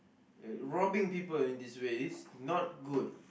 robbing people in this way it's not good